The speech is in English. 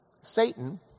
Satan